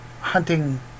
hunting